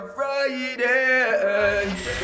Friday